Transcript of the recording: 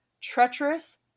treacherous